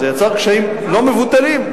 זה יצר קשיים לא מבוטלים,